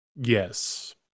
Yes